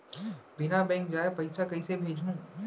बिना बैंक जाए पइसा कइसे भेजहूँ?